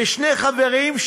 ושני חברים,